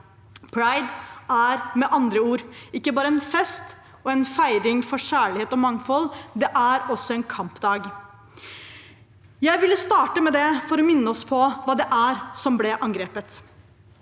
Pride er med andre ord ikke bare en fest for og en feiring av kjærlighet og mangfold, det er også en kampdag. Jeg ville starte med det for å minne oss på hva det er som ble angrepet.